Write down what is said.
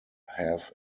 have